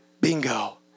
Bingo